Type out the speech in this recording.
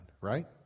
right